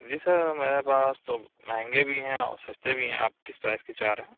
جی sir میرے پاس تو مہنگے بھی ہیں اور سَستے بھی ہیں آپ کس پرائز کے چاہ رہے ہیں